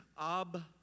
Ab